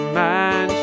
man